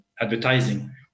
Advertising